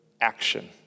action